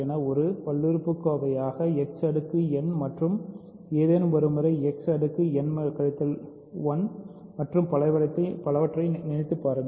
என ஒரு பல்லுறுப்புக்கோவையாக X அடுக்கு n மற்றும் ஏதேனும் ஒரு முறை X அடுக்கு n கழித்தல் 1 மற்றும் பலவற்றை நினைத்துப் பாருங்கள்